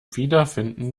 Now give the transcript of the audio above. wiederfinden